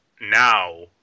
now